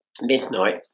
midnight